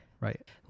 Right